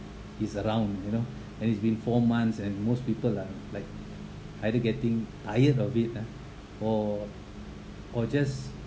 is around you know and it's been four months and most people are like either getting tired of it ah or or just